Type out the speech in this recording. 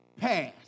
pass